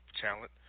talent